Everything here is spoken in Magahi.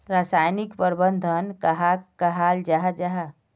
रासायनिक प्रबंधन कहाक कहाल जाहा जाहा?